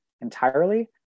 entirely